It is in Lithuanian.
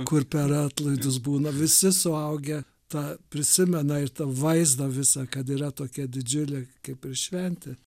kur per atlaidus būna visi suaugę tą prisimena ir tą vaizdą visą kad yra tokia didžiulė kaip ir šventė